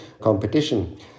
competition